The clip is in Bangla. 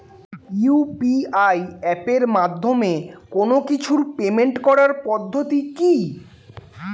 ইউ.পি.আই এপের মাধ্যমে কোন কিছুর পেমেন্ট করার পদ্ধতি কি?